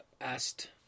Asked